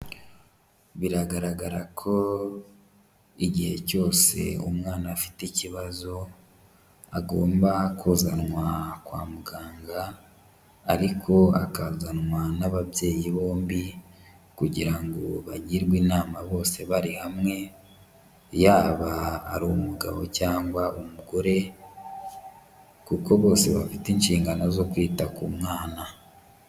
Biragaragara ko igihe cyose umwana afite ikibazo, agomba kuzanwa kwa muganga ariko akazanwa n'ababyeyi bombi kugira ngo bagirwe inama bose bari hamwe, yaba ari umugabo cyangwa umugore kuko bose bafite inshingano zo kwita ku mwana.